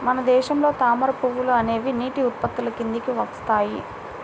మన దేశంలో తామర పువ్వులు అనేవి నీటి ఉత్పత్తుల కిందికి వస్తాయి